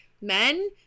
men